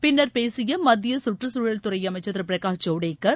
பின்னர் பேசியமத்தியகற்றுசூழல் துறைஅமைச்சர் திருபிரகாஷ் ஜவடேக்கர்